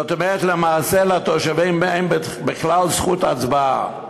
זאת אומרת, למעשה לתושבים אין בכלל זכות הצבעה.